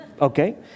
okay